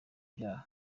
byaha